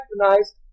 recognized